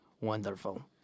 Wonderful